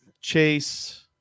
Chase